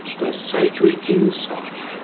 the sacred insight,